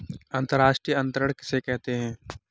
अंतर्राष्ट्रीय अंतरण किसे कहते हैं?